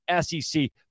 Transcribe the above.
SEC